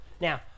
Now